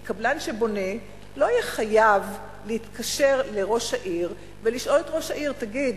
כי קבלן שבונה לא יהיה חייב להתקשר לראש העיר ולשאול את ראש העיר: תגיד,